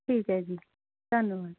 ਠੀਕ ਹੈ ਜੀ ਧੰਨਵਾਦ